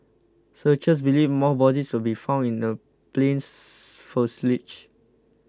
searchers believe more bodies will be found in the plane's fuselage